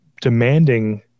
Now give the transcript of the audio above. demanding